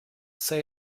say